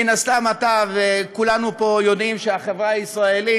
מן הסתם אתה וכולנו פה יודעים שהחברה הישראלית